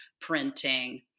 printing